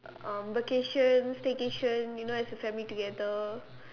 um vacation staycation you know as a family together